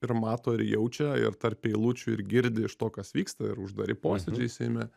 ir mato ir jaučia ir tarp eilučių ir girdi iš to kas vyksta ir uždari posėdžiai seime